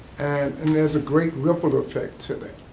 and and there is a great ripple effect to that.